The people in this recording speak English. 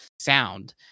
sound